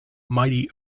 mighty